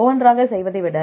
ஒவ்வொன்றாக செய்வதை விட